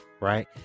right